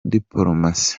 dipolomasi